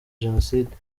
jenoside